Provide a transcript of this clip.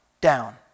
down